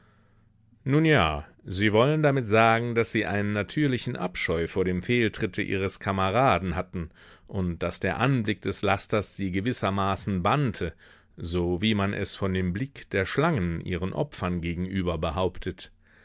nun ja sie wollen wohl damit sagen daß sie einen natürlichen abscheu vor dem fehltritte ihres kameraden hatten und daß der anblick des lasters sie gewissermaßen bannte so wie man es von dem blick der schlangen ihren opfern gegenüber behauptet